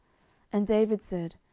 and david said,